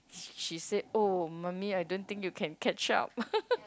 she said oh mummy I don't think you can catch up